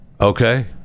Okay